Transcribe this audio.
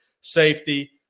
safety